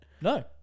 No